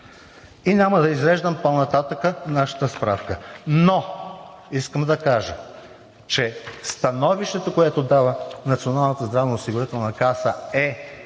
И няма да изреждам по-нататък нашата справка. Но искам да кажа, че становището, което дава